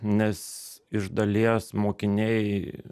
nes iš dalies mokiniai